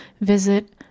visit